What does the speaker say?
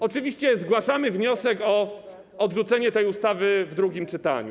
Oczywiście zgłaszamy wniosek o odrzucenie tej ustawy w drugim czytaniu.